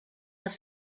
have